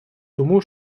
тому